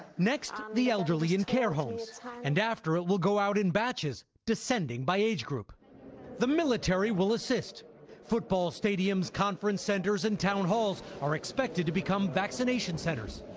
next, the elderly in care homes and after it will go out in batches descending by age groups the military will assist football stadiums, conference centers and town halls are expected to be vaccination centers.